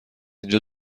اینجا